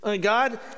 God